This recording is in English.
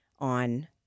On